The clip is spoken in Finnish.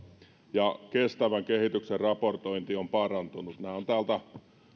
ja kestävän kehityksen raportointi on parantunut nämä täältä